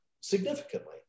significantly